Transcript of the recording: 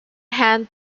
hand